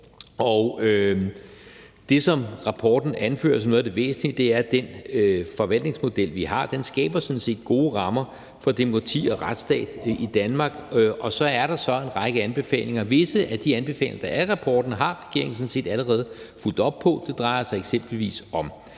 det, som rapporten anfører som noget af det væsentlige, er, at den forvaltningsmodel, vi har, sådan set skaber gode rammer for demokrati og retsstat i Danmark, og så er der en række anbefalinger. Visse af de anbefalinger, der er i rapporten, har regeringen sådan set allerede fulgt op på. Det drejer sig eksempelvis om